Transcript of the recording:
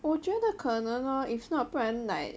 我觉得可能 lor if not 不然 like